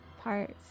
parts